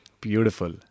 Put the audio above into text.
Beautiful